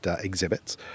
exhibits